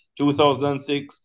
2006